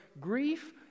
Grief